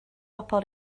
bobl